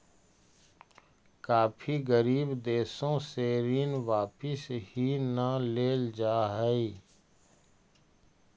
काफी गरीब देशों से ऋण वापिस ही न लेल जा हई